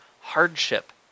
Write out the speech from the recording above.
hardship